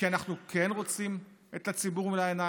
הם רק 300,000 איש ואישה שאין להם את הזמן לעסוק